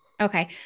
Okay